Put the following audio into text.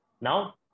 Now